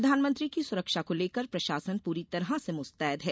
प्रधानमंत्री की सुरक्षा को लेकर प्रशासन पूरी तरह से मुस्तैद है